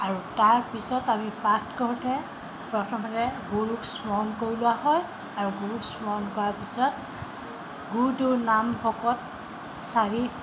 আৰু তাৰপিছত আমি পাঠ কৰোঁতে প্ৰথমতে গুৰুক স্মৰণ কৰি লোৱা হয় আৰু গুৰুক স্মৰণ কৰাৰ পিছত গুৰুদেওৰ নাম ভকত চাৰি